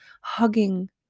hugging